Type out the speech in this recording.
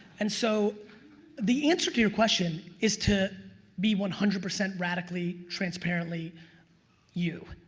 and so the answer to your question is to be one hundred percent radically transparently you.